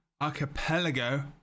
Archipelago